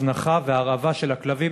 הזנחה והרעבה של הכלבים,